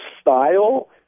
style